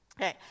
Okay